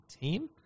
team